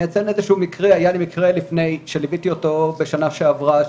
אני אציין איזשהו מקרה שליוויתי אותו בשנה שעברה,